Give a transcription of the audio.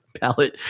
palette